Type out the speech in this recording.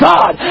God